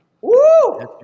Woo